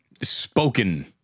spoken